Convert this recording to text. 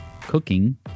cooking